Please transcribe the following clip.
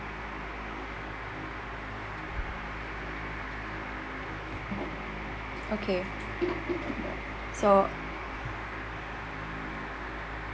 okay so